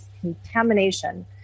contamination